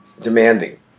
demanding